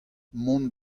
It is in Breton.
mont